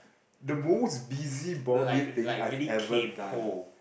the most busybody thing I have ever done